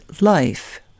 life